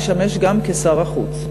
משמש גם כשר החוץ,